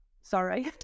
sorry